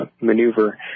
maneuver